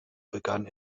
begann